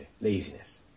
laziness